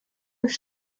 ist